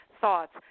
thoughts